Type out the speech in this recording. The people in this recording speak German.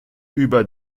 über